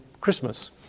Christmas